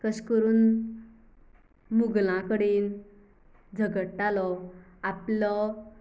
कशे करून मुगलां कडेन झगडटालो आपलो